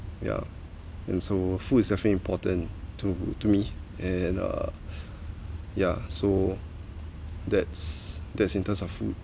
yeah and so food is a very important to to me and uh ya so that's that's in terms of food